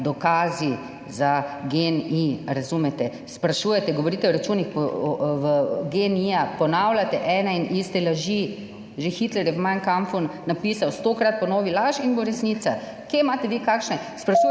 dokazi za GEN-I, razumete, sprašujete, govorite o računih GEN-I, ponavljate ene in iste laži. Že Hitler je v Mein kampf-u napisal, stokrat ponovi laž in bo resnica. Kje imate vi kakšne? /